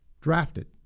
drafted